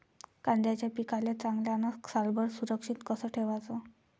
कांद्याच्या पिकाले चांगल्यानं सालभर सुरक्षित कस ठेवाचं?